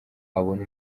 abone